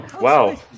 wow